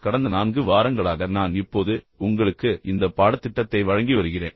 கடந்த நான்கு வாரங்களாக நான் இப்போது உங்களுக்கு இந்த பாடத்திட்டத்தை வழங்கி வருகிறேன்